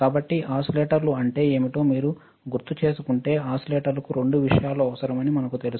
కాబట్టి ఓసిలేటర్లు అంటే ఏమిటో మీరు గుర్తుచేసుకుంటే ఓసిలేటర్లకు రెండు విషయాలు అవసరమని మనకు తెలుసు